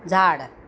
झाड